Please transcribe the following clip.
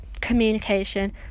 communication